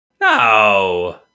No